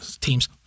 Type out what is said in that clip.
Teams